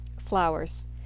flowers